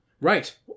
Right